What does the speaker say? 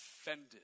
offended